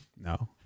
No